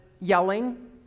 yelling